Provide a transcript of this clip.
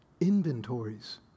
inventories